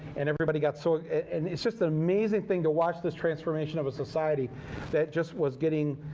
and everybody got so and it's just an amazing thing to watch this transformation of a society that just was getting